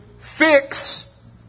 fix